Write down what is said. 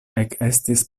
ekestis